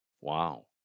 Wow